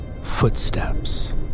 Footsteps